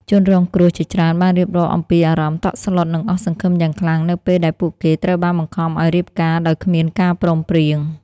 ជនរងគ្រោះជាច្រើនបានរៀបរាប់អំពីអារម្មណ៍តក់ស្លុតនិងអស់សង្ឃឹមយ៉ាងខ្លាំងនៅពេលដែលពួកគេត្រូវបានបង្ខំឲ្យរៀបការដោយគ្មានការព្រមព្រៀង។